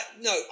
no